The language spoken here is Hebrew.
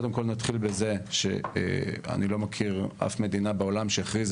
קודם כל נתחיל בזה שאני לא מכיר אף מדינה בעולם שהכריזה